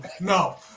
No